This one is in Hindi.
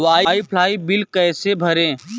वाई फाई का बिल कैसे भरें?